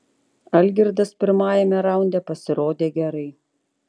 algirdas pirmajame raunde pasirodė gerai